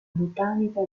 botanica